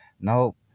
Nope